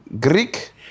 greek